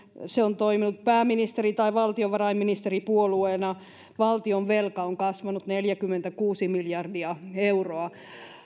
se on toiminut pääministeri tai valtiovarainministeripuolueena valtionvelka on kasvanut neljäkymmentäkuusi miljardia euroa